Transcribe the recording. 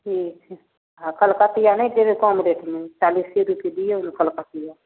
ठीक हइ आओर कलकतिआ नहि देबै कम रेटमे चालिसे रुपैए दिऔ ने कलकतिआ